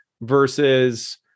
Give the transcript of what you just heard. versus